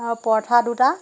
আৰু পৰঠা দুটা